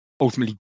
ultimately